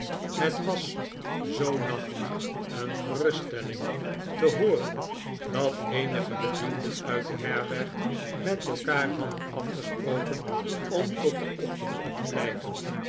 het was in zoo'n nacht een geruststelling te hooren dat eenige bedienden uit de herberg met elkaar hadden afgesproken om tot den ochtend op te blijven